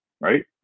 right